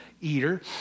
eater